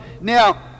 Now